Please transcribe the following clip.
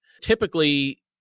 typically